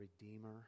Redeemer